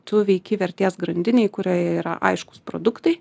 tu veiki vertės grandinėj kurioj yra aiškūs produktai